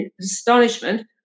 astonishment